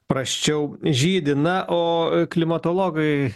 prasčiau žydi na o klimatologai